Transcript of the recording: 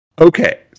Okay